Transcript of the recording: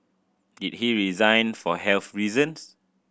did he resign for health reasons